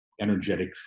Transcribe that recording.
energetic